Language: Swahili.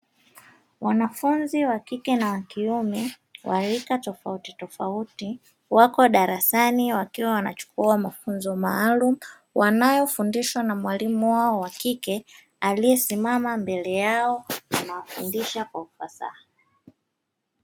Wanafunzi wa kike na wa kiume, wa rika tofautitofauti, wako darasani wakiwa wanachukua mafunzo maalumu wanayofundishwa na mwalimu wao wa kike aliyesimama mbele yao, anawafundisha kwa ufasaha.